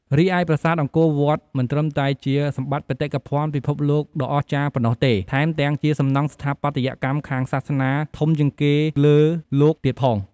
រីឯ ប្រាសាទអង្គរវត្ត មិនត្រឹមតែជាសម្បត្តិបេតិកភណ្ឌពិភពលោកដ៏អស្ចារ្យប៉ុណ្ណោះទេ ថែមទាំងជាសំណង់ស្ថាបត្យកម្មខាងសាសនាធំជាងគេលើលោកទៀតផង។